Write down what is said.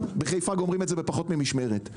בחיפה גומרים את זה בפחות ממשמרת.